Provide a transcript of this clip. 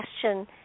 question